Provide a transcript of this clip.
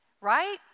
right